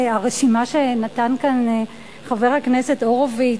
הרשימה שנתן כאן חבר הכנסת הורוביץ,